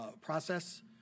process